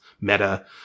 Meta